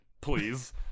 Please